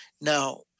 Now